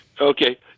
Okay